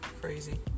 Crazy